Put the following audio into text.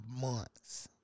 months